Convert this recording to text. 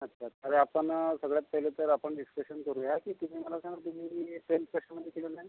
अच्छा अच्छा अरे आपण सगळ्यात पहिले तर आपण डिस्कशन करूया की तुम्ही मला सांगा तुम्ही ट्वेल्थ कशामध्ये केलेलं आहे